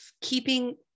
keeping